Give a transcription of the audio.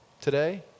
today